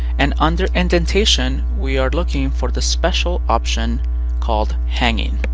and under indentation we are looking for the special option called hanging.